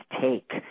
take